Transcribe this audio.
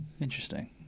interesting